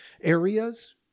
areas